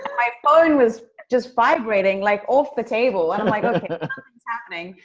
and my phone was just vibrating like off the table. and i'm like, okay. something's happening.